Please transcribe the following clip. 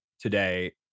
today